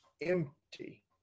empty